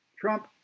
Trump